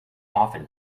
often